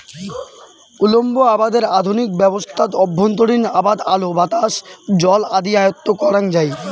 উল্লম্ব আবাদের আধুনিক ব্যবস্থাত অভ্যন্তরীণ আবাদ আলো, বাতাস, জল আদি আয়ত্ব করাং যাই